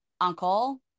uncle